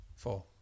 four